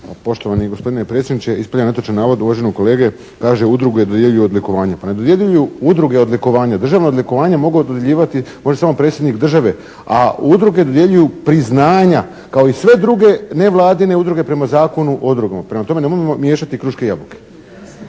Poštovani gospodine predsjedniče. Ispravljam netočan navod uvaženog kolege, kaže: "Udruge dodjeljuju odlikovanja." Pa ne dodjeljuju udruge odlikovanja. Državna odlikovanja mogu dodjeljivati, može samo predsjednik države, a udruge dodjeljuju priznanja kao i sve druge nevladine udruge prema Zakonu o udrugama, prema tome nemojmo miješati kruške i jabuke.